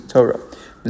Torah